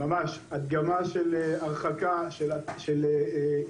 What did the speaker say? ממש הדגמה של הרחקה של איזוק,